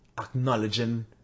acknowledging